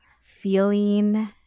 feeling